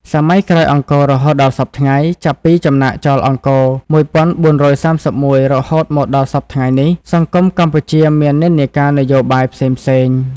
សម័យក្រោយអង្គររហូតដល់សព្វថ្ងៃ ចាប់ពីចំណាកចោលអង្គរ ១៤៣១ រហូតមកដល់សព្វថ្ងៃនេះ សង្គមកម្ពុជាមាននិន្នាការនយោបាយផ្សេងៗ ។